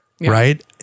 Right